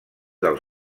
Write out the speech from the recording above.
del